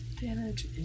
Damage